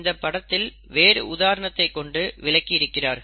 இந்தப் படத்தில் வேறு உதாரணத்தைக் கொண்டு விளக்கி இருக்கிறார்கள்